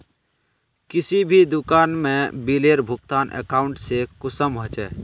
किसी भी दुकान में बिलेर भुगतान अकाउंट से कुंसम होचे?